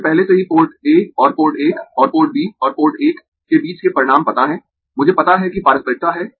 मुझे पहले से ही पोर्ट A और पोर्ट 1 और पोर्ट B और पोर्ट 1 के बीच के परिणाम पता है मुझे पता है कि पारस्परिकता है